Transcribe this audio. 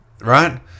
right